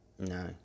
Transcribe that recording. no